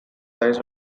lies